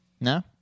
No